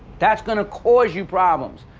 that's going to cause you problems,